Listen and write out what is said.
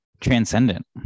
transcendent